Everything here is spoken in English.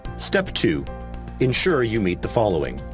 step two ensure you meet the following